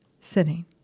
sitting